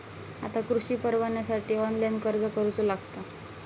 आता कृषीपरवान्यासाठी ऑनलाइन अर्ज करूचो लागता